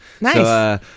Nice